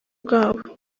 bwabo